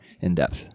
in-depth